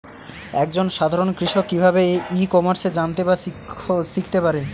এক জন সাধারন কৃষক কি ভাবে ই কমার্সে জানতে বা শিক্ষতে পারে?